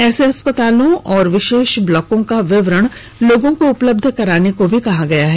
ऐसे अस्पतालों और विशेष ब्लॉकों का विवरण लोगों को उपलब्ध कराने के लिए भी कहा गया है